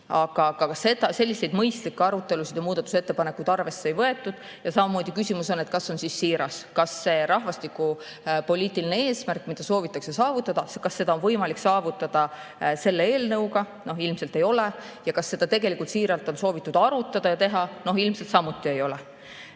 Aga selliseid mõistlikke arutelusid ja muudatusettepanekuid arvesse ei võetud. Samamoodi küsimus on, kas see on siis siiras. Kas rahvastikupoliitilist eesmärki, mida soovitakse saavutada, on võimalik saavutada selle eelnõuga? Ilmselt ei ole. Kas seda tegelikult siiralt on soovitud arutada ja teha? Ilmselt samuti ei ole.